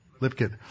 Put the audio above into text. Lipkin